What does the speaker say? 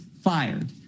fired